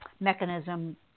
mechanism